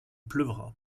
pleuvra